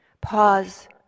pause